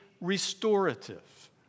restorative